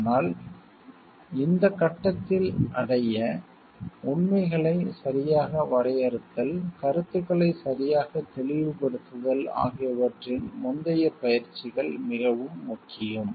ஆனால் இந்த கட்டத்தில் அடைய உண்மைகளை சரியாக வரையறுத்தல் கருத்துக்களை சரியாக தெளிவுபடுத்துதல் ஆகியவற்றின் முந்தைய பயிற்சிகள் மிகவும் முக்கியம்